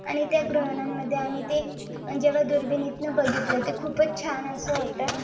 आणि त्या ग्रहणांमध्ये आम्ही ते जेव्हा दुर्बिणीतनं बघितलं ते खूपच छान असं होतं